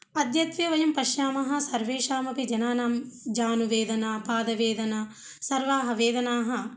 अद्यत्वे वयं पश्यामः सर्वेषां अपि जनानां जानुवेदनापादवेदना सर्वाः वेदनाः